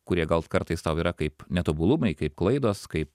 kurie gal kartais tau yra kaip netobulumai kaip klaidos kaip